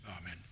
Amen